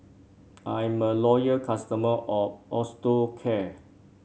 I'm a loyal customer of Osteocare